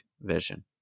vision